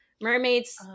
Mermaids